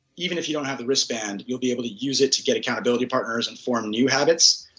even if you don't have the wristband you'll be able to use it to get accountability partners and form new habits.